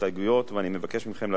ואני מבקש מכם להצביע בעדה,